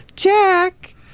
Jack